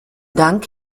dank